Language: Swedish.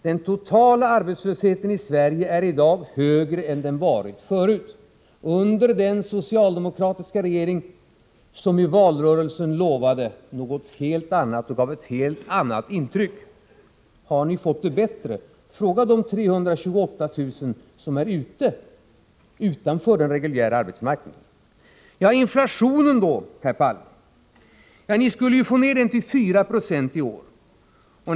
Den totala arbetslösheten i Sverige är i dag högre än den varit förut, och det är under den socialdemokratiska regering som i valrörelsen lovade något helt annat och gav ett helt annat intryck. Har ni fått det bättre? — ställ den frågan till de 328 000 som står utanför den reguljära arbetsmarknaden! Inflationen då, herr Palme? Ni skulle ju få ned den till 4 96 i år.